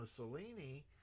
Mussolini